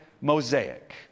mosaic